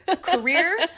career